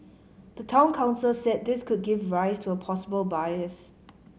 the Town Council said this could give rise to a possible bias